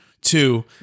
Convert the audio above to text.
Two